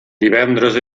divendres